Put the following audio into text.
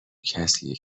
کسیه